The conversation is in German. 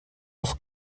auf